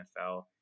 NFL